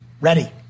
Ready